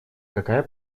какая